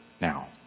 now